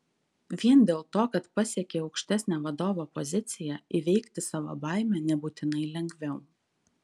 vien dėl to kad pasiekei aukštesnę vadovo poziciją įveikti savo baimę nebūtinai lengviau